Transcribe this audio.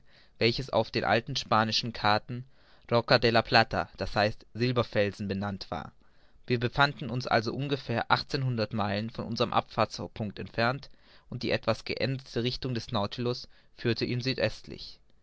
welches auf den alten spanischen karten rocca de la plata d h silberfelsen benannt war wir befanden uns also ungefähr achtzehnhundert meilen von unserm abfahrtspunkt entfernt und die etwas geänderte richtung des nautilus führte ihn